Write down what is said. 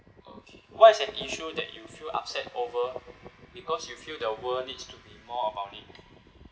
okay what is an issue that you feel upset over because you feel the world needs to be more about it